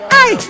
Hey